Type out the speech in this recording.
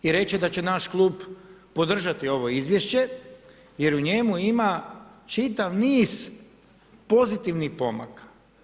I reći da će naš klub podržati ovo izvješće jer u njemu ima čitav niz pozitivnih pomaka.